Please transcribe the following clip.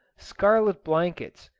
scarlet blankets,